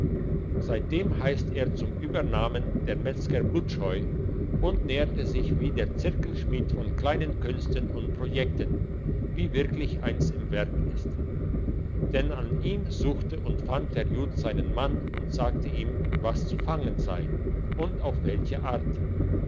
seitdem heisst er zum übernamen der metzger blutscheu und nährte sich wie der zirkelschmied von kleinen künsten und projekten wie wirklich eins im werk ist denn an ihm suchte und fand der jud seinen mann und sagte ihm was zu fangen sei und auf welche art